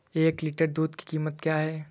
एक लीटर दूध की कीमत क्या है?